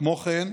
כמו כן,